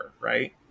right